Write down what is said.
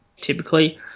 typically